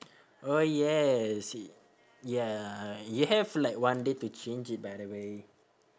oh yes ya you have like one day to change it by the way